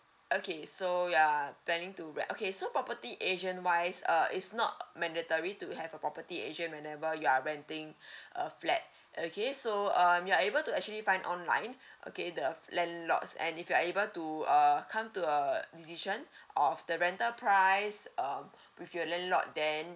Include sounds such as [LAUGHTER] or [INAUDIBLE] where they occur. okay so ya planning to rent okay so property agent wise uh it's not mandatory to have a property agent whenever you are renting [BREATH] a flat okay so um you're able to actually find online [BREATH] okay the landlords and if you are able to uh come to a decision [BREATH] of the rental price um with your landlord then